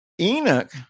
Enoch